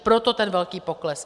Proto ten velký pokles.